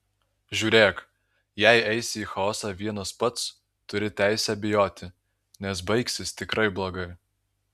žiūrėk jei eisi į chaosą vienas pats turi teisę bijoti nes baigsis tikrai blogai